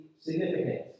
significant